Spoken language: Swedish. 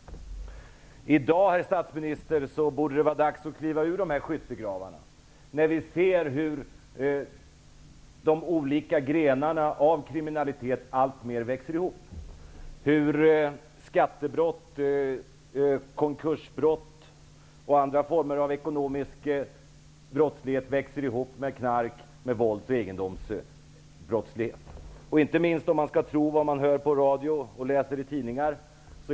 Nu borde det, herr statsminister, vara dags att kliva upp ur dessa skyttegravar, när vi ser hur de olika grenarna av kriminalitet alltmer växer ihop, hur skattebrott, konkursbrott och andra former av ekonomisk brottslighet växer ihop med narkotika-, vålds och egendomsbrottslighet, inte minst om man skall tro vad man hör på radio och läser i tidningarna.